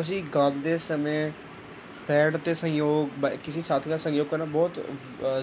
ਅਸੀਂ ਗਾਉਂਦੇ ਸਮੇਂ ਬੈਂਡ ਅਤੇ ਸਹਿਯੋਗ ਕਿਸੇ ਸਾਥੀ ਦਾ ਸਹਿਯੋਗ ਕਰਨਾ ਬਹੁਤ